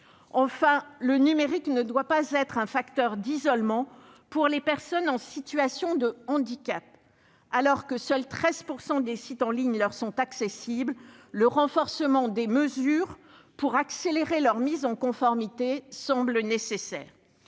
Enfin, le numérique ne doit pas être un facteur d'isolement pour les personnes en situation de handicap. Seuls 13 % des sites en lignes leur sont accessibles ; le renforcement des mesures pour accélérer la mise en conformité des sites semble nécessaire.